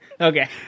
Okay